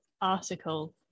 article